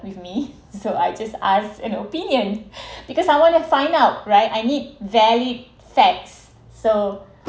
with me so I just ask an opinion because I wanna find out right I need valid facts so